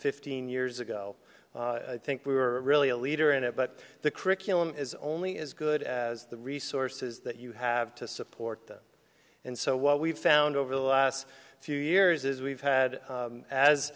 fifteen years ago i think we were really a leader in it but the curriculum is only as good as the resources that you have to support and so what we've found over the last few years is we've had